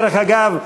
דרך אגב,